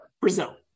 Brazil